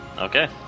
Okay